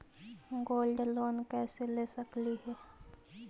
Gold loan कैसे ले सकली हे?